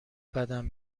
بدم